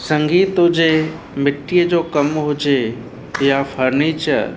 संगीत हुजे मिट्टीअ जो कम हुजे या फ़र्नीचर